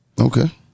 Okay